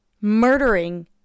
murdering